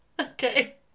Okay